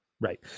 Right